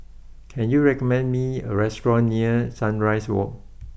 can you recommend me a restaurant near Sunrise walk